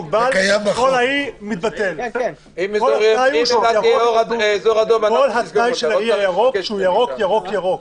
כל התנאי של האי הירוק, שהוא ירוק, ירוק, ירוק.